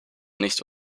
nicht